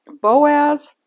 Boaz